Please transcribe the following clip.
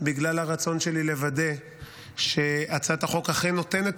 בגלל הרצון שלי לוודא שהצעת החוק אכן נותנת